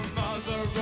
mother